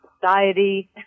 society